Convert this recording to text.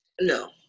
No